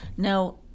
Now